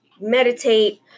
meditate